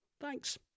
thanks